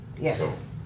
Yes